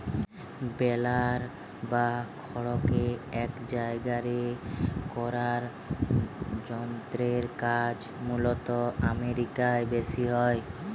বেলার বা খড়কে এক জায়গারে করার যন্ত্রের কাজ মূলতঃ আমেরিকায় বেশি হয়